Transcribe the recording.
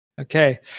Okay